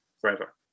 forever